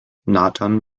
nathan